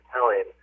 telling